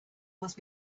must